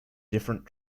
different